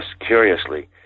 curiously